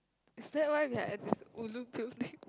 is that why we at this ulu building